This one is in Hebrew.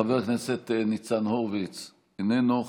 חבר הכנסת ניצן הורוביץ, איננו.